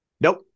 Nope